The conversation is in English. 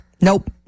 Nope